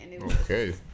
Okay